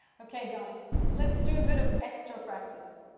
okay, guys. let's do a bit of extra practice.